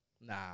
Nah